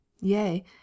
yea